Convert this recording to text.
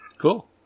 Cool